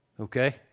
Okay